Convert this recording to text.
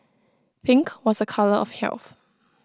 pink was A colour of health